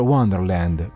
Wonderland